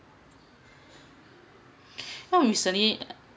oh recently